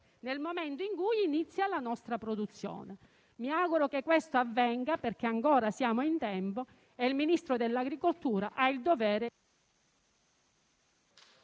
nel momento in cui inizia la nostra produzione. Mi auguro che ciò avvenga, visto che siamo ancora in tempo, e il Ministro dell'agricoltura ha il dovere...